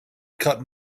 cut